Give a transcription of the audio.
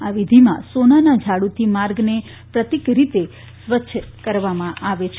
આ વિધિમાં સોનાના ઝાડુથી માર્ગને પ્રતિક તરીકે સ્વચ્છ કરવામાં આવે છે